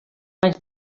anys